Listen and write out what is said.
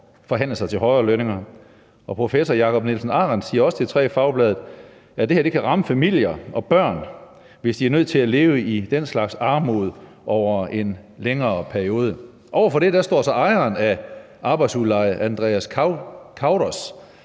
forhandle sig til højere lønninger. Professor Jacob Nielsen Arendt siger også til Fagbladet 3F, at det her kan ramme familier og børn, hvis de er nødt til at leve i den slags armod over en længere periode. Over for det står så ejeren af Arbejdsudleje, Andreas Kauders,